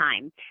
time